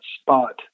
spot